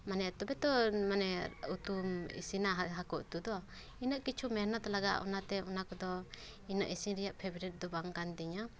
ᱢᱟᱱᱮ ᱛᱚᱵᱮ ᱛᱚ ᱢᱟᱱᱮ ᱩᱛᱩᱢ ᱤᱥᱤᱱᱟ ᱦᱟᱹᱠᱩ ᱩᱛᱳ ᱫᱚ ᱤᱱᱟᱹᱜ ᱠᱤᱪᱷᱩ ᱢᱮᱦᱱᱚᱛ ᱞᱟᱜᱟᱜ ᱚᱱᱟᱛᱮ ᱚᱱᱟ ᱠᱚᱫᱚ ᱤᱱᱟᱹᱜ ᱤᱥᱤᱱ ᱨᱮᱭᱟᱜ ᱯᱷᱮᱵᱟᱨᱮᱴ ᱫᱚ ᱵᱟᱝ ᱠᱟᱱ ᱛᱤᱧᱟᱹ